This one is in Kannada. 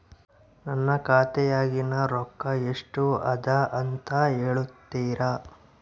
ನನ್ನ ಖಾತೆಯಾಗಿನ ರೊಕ್ಕ ಎಷ್ಟು ಅದಾ ಅಂತಾ ಹೇಳುತ್ತೇರಾ?